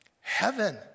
heaven